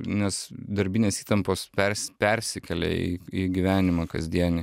nes darbinės įtampos pers persikelia į į gyvenimą kasdienį